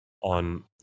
on